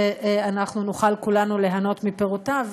ואנחנו נוכל כולנו ליהנות מפירותיו.